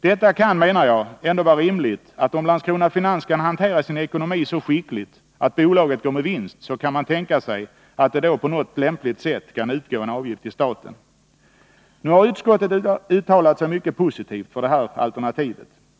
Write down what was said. Detta kan, menar jag, ändå vara rimligt. Om Landskrona Finans kan hantera sin ekonomi så skickligt att bolaget går med vinst, kan man tänka sig att det då på något lämpligt sätt kan utgå en avgift till staten. Nu har utskottet uttalat sig mycket positivt för detta alternativ.